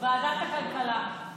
ועדת הכלכלה.